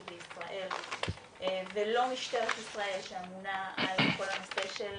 בישראל ולא משטרת ישראל שאמונה על כל הנושא של